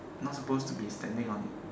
not supposed to be standing on it